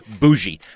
bougie